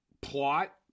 plot